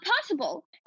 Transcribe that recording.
possible